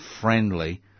friendly